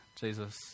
Jesus